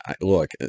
look